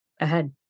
ahead